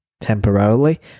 temporarily